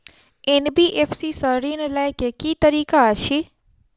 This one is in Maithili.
एन.बी.एफ.सी सँ ऋण लय केँ की तरीका अछि?